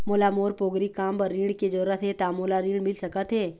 मोला मोर पोगरी काम बर ऋण के जरूरत हे ता मोला ऋण मिल सकत हे?